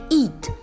eat